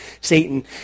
Satan